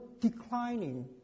declining